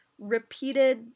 repeated